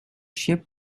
ship